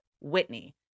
Whitney